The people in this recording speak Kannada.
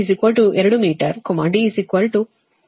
ಆದ್ದರಿಂದ ನೀವು ಇದನ್ನು 0